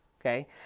Okay